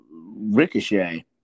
Ricochet